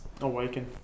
Awaken